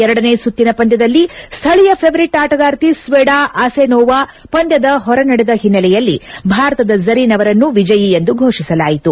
ಎರಡನೇ ಸುತ್ತಿನ ಪಂದ್ಯದಲ್ಲಿ ಸ್ತಳೀಯ ಫೆವರಿಟ್ ಆಟಗಾರ್ತಿ ಸ್ವೇಡಾ ಅಸೆನೋವಾ ಪಂದ್ಯದ ಹೊರನಡೆದ ಹಿನ್ನೆಲೆಯಲ್ಲಿ ಭಾರತದ ಜರೀನ್ ಅವರನ್ನು ವಿಜಯಿ ಎಂದು ಘೋಷಿಸಲಾಯಿತು